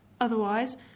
Otherwise